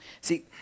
See